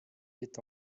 est